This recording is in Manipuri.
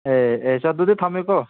ꯑꯦ ꯑꯦ ꯑꯁ ꯑꯗꯨꯗꯤ ꯊꯝꯃꯦꯀꯣ